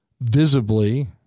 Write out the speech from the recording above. visibly